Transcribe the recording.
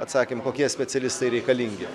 atsakėm kokie specialistai reikalingi